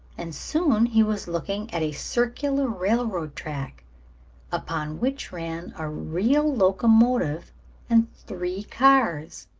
and soon he was looking at a circular railroad track upon which ran a real locomotive and three cars.